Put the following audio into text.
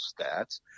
stats